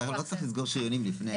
לא צריך לסגור שריונים לפני.